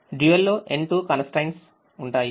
Dual లో n2 constraints ఉంటాయి